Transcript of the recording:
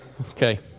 okay